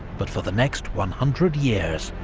but for the next one hundred years.